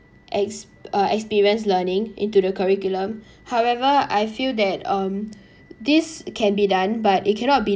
ex~ uh experience learning into the curriculum however I feel that um this can be done but it cannot be